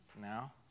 now